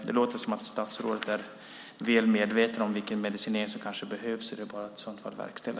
Det låter dock som att statsrådet är väl medveten om vilken medicinering som kanske behövs. I så fall är det bara att verkställa.